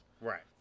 right